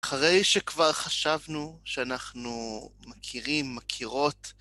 אחרי שכבר חשבנו שאנחנו מכירים, מכירות...